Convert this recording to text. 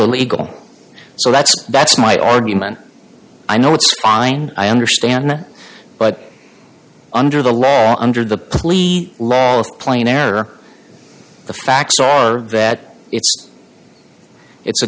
illegal so that's that's my argument i know it's fine i understand that but under the law under the plea law with plain error the facts are that if it's a